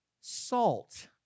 salt